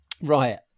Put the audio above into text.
Right